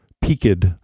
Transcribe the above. peaked